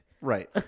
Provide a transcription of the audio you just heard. Right